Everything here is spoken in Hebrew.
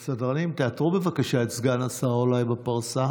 סדרנים, תאתרו בבקשה את סגן שר החוץ, אולי בפרסה.